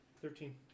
Thirteen